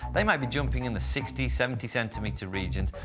they might be jumping in the sixty, seventy centimeter regions,